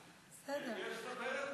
חברי חבר